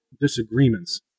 disagreements